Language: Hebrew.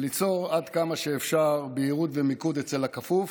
ליצור עד כמה שאפשר בהירות ומיקוד אצל הכפוף